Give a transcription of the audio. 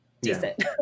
decent